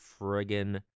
friggin